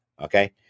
Okay